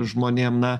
žmonėm na